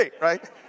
right